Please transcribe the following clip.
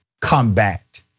combat